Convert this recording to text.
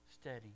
steady